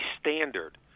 standard